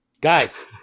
Guys